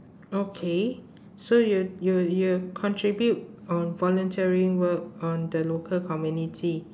okay so you you you contribute on volunteering work on the local community